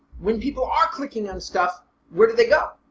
when people are clicking on stuff where do they go?